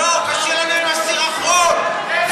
לא, קשה לנו עם הסירחון, הסירחון מהחקירות.